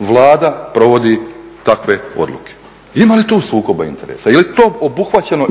Vlada provodi takve odluke. Ima li tu sukoba interesa? Je li to obuhvaćeno